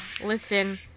listen